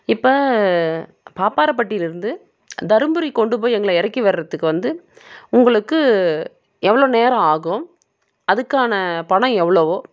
இப்போ பாப்பாரபட்டியிலருந்து தர்மபுரிக்கு கொண்டு போய் எங்களை இறக்கி விடுறதுக்கு வந்து உங்களுக்கு எவ்வளோ நேரம் ஆகும் அதுக்கான பணம் எவ்வளோ